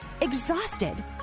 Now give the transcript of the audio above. exhausted